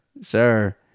sir